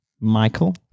Michael